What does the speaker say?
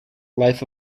life